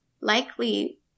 likely